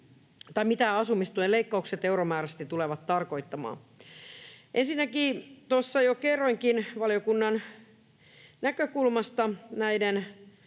mitä asumistuen leikkaukset euromääräisesti tulevat tarkoittamaan. Ensinnäkin tuossa jo kerroinkin valiokunnan näkökulmasta näiden